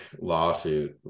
lawsuit